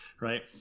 right